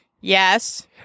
Yes